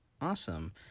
awesome